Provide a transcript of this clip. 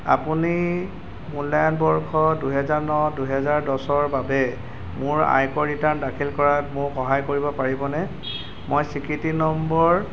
আপুনি মূল্যায়ন বৰ্ষ দুহেজাৰ ন দুহেজাৰ দহৰ বাবে মোৰ আয়কৰ ৰিটাৰ্ণ দাখিল কৰাত মোক সহায় কৰিব পাৰিবনে মই স্বীকৃতি নম্বৰ